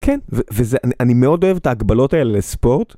כן, ואני מאוד אוהב את ההגבלות האלה לספורט.